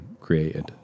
created